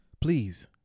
Please